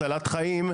יועצים משפטיים,